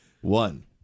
One